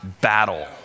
battle